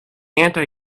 anti